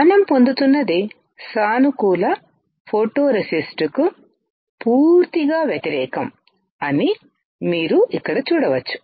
మనం పొందుతున్నది సానుకూల ఫోటోరేసిస్ట్కు పూర్తిగా వ్యతిరేకం అని మీరు ఇక్కడ చూడవచ్చు